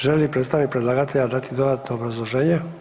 Želi li predstavnik predlagatelja dati dodatno obrazloženje?